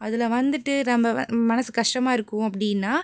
அதில் வந்துட்டு நம்ம வ மனசு கஷ்டமாக இருக்கோம் அப்படினா